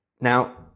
now